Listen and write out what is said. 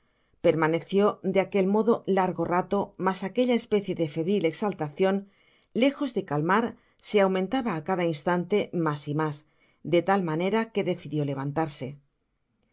permaneció de aquel modo largo rato mas aquella especie de febril exaltacion lejos de calmar se aumentaba á cada instante ma's y mas de tal manera que decidió levantarse